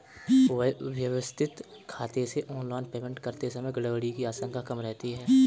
व्यवस्थित खाते से ऑनलाइन पेमेंट करते समय गड़बड़ी की आशंका कम रहती है